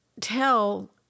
tell